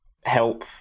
help